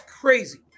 crazy